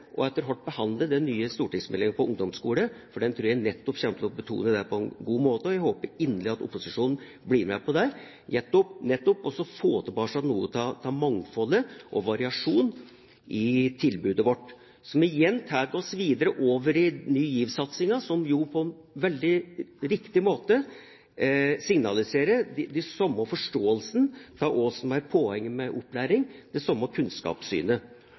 og etter hvert behandle den nye stortingsmeldingen for ungdomsskolen, for den tror jeg nettopp kommer til å betone dette på en god måte. Jeg håper inderlig at opposisjonen blir med på det, for nettopp å få tilbake noe av mangfoldet og variasjonen i tilbudet vårt, som igjen tar oss videre over i Ny GIV-satsingen, som på en veldig riktig måte signaliserer den samme forståelsen av hva som er poenget med opplæring, med det samme kunnskapssynet.